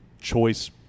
choice